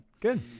good